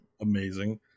amazing